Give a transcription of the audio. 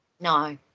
No